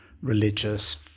Religious